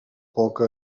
poca